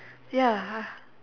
ya